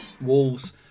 Wolves